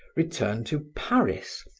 return to paris,